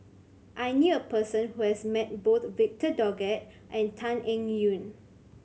I knew a person who has met both Victor Doggett and Tan Eng Yoon